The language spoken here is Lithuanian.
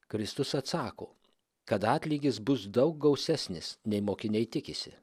kristus atsako kad atlygis bus daug gausesnis nei mokiniai tikisi